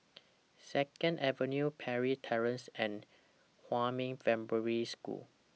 Second Avenue Parry Terrace and Huamin Primary School